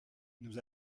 nous